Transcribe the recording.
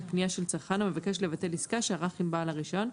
פנייה של צרכן המבקש לבטל עסקה שערך עם בעל הרישיון,